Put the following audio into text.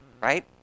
right